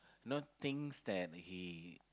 know things that he